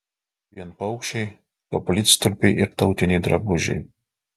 vien paukščiai koplytstulpiai ir tautiniai drabužiai